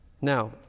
Now